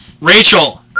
Rachel